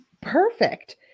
perfect